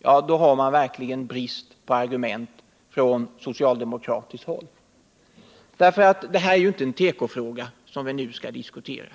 från socialdemokratiskt håll verkligen brist på argument. Det är ju inte en tekofråga som vi nu skall diskutera.